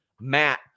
Matt